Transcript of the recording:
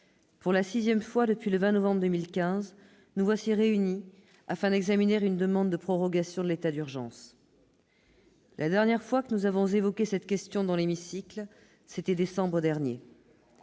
pour la sixième fois depuis le 20 novembre 2015, nous voici réunis afin d'examiner une demande de prorogation de l'état d'urgence. La dernière fois que nous avons évoqué cette question dans l'hémicycle, c'était en décembre dernier.